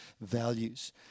values